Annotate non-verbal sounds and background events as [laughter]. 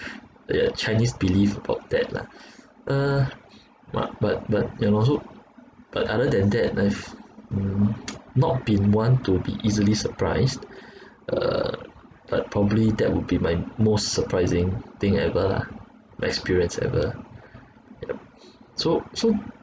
yeah chinese believe about that lah uh but but but and also but other than that I've mm [noise] not been one to be easily surprised uh but probably that would be my most surprising thing ever lah I experienced ever lah yeah so so